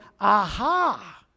Aha